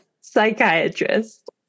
psychiatrist